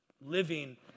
living